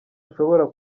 ashobora